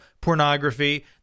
pornography